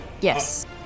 yes